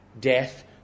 Death